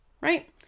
right